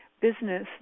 business